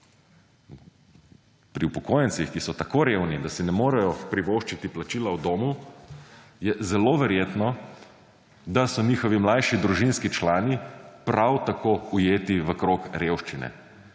Pri upokojencih, ki so tako revni, da si ne morejo privoščiti plačila v domu, je zelo verjetno, da so njihovi mlajši družinski člani prav tako ujeti v krog revščine.